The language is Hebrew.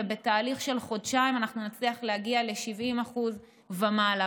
ובתהליך של חודשיים נצליח להגיע ל-70% ומעלה.